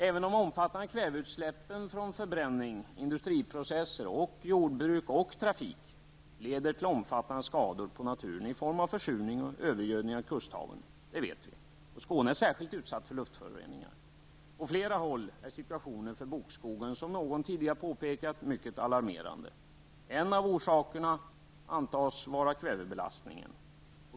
Även de omfattande kväveutsläppen från förbränning, industriprocesser, jordbruk och trafik leder till omfattande skador på naturen i form av försurning och övergödning av kusthaven. Det vet vi. Skåne är särskilt utsatt för luftföroreningar. På flera håll är situationen för bokskogen, som någon tidigare påpekade, mycket alarmerande. En av orsakerna antas vara kvävebelastningen.